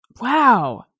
wow